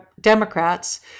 Democrats